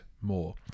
more